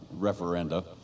referenda